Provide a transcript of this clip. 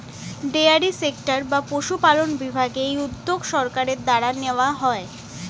dairy sector বা পশুপালন বিভাগে এই উদ্যোগ সরকারের দ্বারা নেওয়া হয়